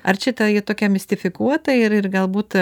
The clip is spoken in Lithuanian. ar čia ta ji tokia mistifikuota ir ir galbūt